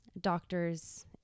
doctors